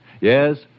Yes